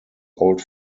old